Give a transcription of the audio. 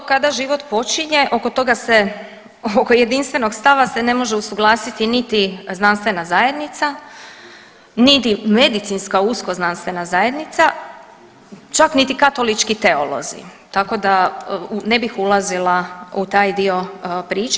To kada život počinje oko toga se oko jedinstvenog stava se ne može usuglasiti niti znanstvena zajednica, niti medicinska usko znanstvena zajednica čak niti katolički teolozi, tako da ne bih ulazila u taj dio priče.